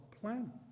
plan